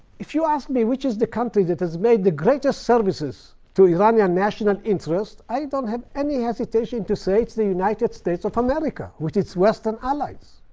if you ask me, which is the country that has made the greatest services to iranian national interests, i don't have any hesitation to say it's the united states of america with its western allies.